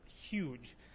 huge